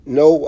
no